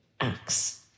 acts